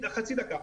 חצי דקה.